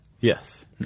Yes